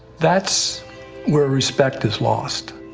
that's where respect is lost.